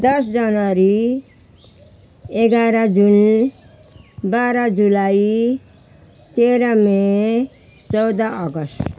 दस जनवरी एघार जुन बाह्र जुलाई तेह्र मई चौध अगस्त